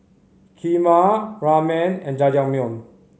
Kheema Ramen and Jajangmyeon